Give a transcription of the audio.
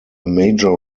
major